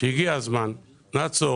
שהגיע הזמן לעצור,